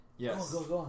Yes